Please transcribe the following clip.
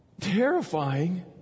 terrifying